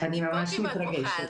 אני ממש מתרגשת